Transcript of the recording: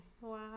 Wow